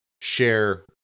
share